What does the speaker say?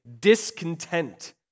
discontent